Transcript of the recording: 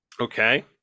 okay